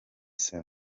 salon